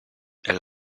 elle